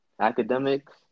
Academics